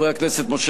אורי מקלב,